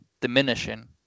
diminishing